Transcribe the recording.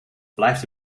blijft